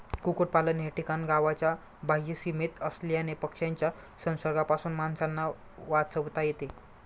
कुक्पाकुटलन हे ठिकाण गावाच्या बाह्य सीमेत असल्याने पक्ष्यांच्या संसर्गापासून माणसांना वाचवता येते